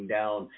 down